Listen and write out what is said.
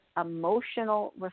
emotional